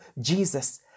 Jesus